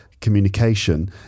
communication